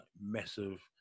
Massive